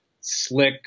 slick